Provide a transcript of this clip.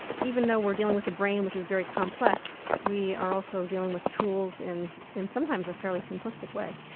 even though we're dealing with the brain, which is very complex, we are also dealing with tools in in sometimes a fairly simplistic way.